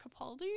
Capaldi